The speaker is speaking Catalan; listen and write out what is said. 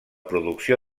producció